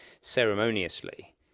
ceremoniously